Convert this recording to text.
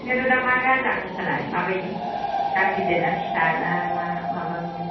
ओंखायनोथ' दा मा गारि लागोन नोंस्रालाय मा बायदि गारि गिदिर ना फिसा ना मा माबाबो